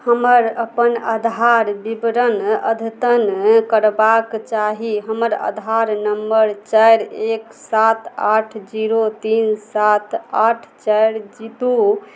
हमर अपन आधार विवरण अद्यतन करबाक चाही हमर आधार नम्बर चारि एक सात आठ जीरो तीन सात आठ चारि दुइ